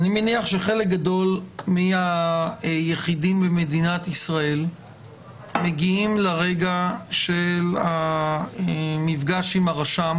אני מניח שחלק גדול מהיחידים במדינת ישראל מגיעים לרגע של המפגש עם הרשם